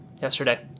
yesterday